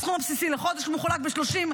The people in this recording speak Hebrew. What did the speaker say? כשהוא מחולק ב-30,